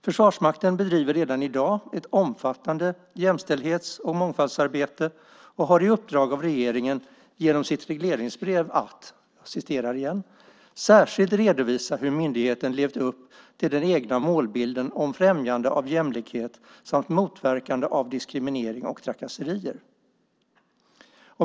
Försvarsmakten bedriver redan i dag ett omfattande jämställdhets och mångfaldsarbete och har fått i uppdrag av regeringen genom regleringsbrevet att "särskilt redovisa hur myndigheten levt upp till den egna målbilden om främjande av jämlikhet samt motverkande av diskriminering och trakasserier".